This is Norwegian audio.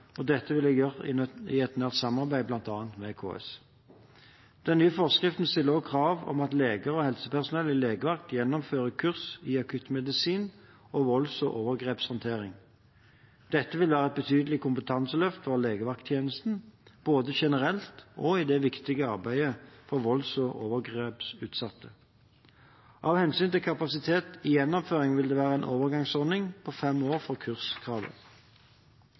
og dette vil jeg gjøre i nært samarbeid med bl.a. KS. Den nye forskriften stiller også krav om at leger og helsepersonell i legevakt gjennomfører kurs i akuttmedisin og volds- og overgrepshandtering. Dette vil være et betydelig kompetanseløft for legevakttjenesten, både generelt og i det viktige arbeidet for volds- og overgrepsutsatte. Av hensyn til kapasiteten i gjennomføringen vil det være en overgangsordning på fem år for